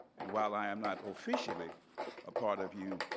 and while i am not officially a part of you,